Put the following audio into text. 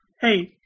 Hey